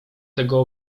tego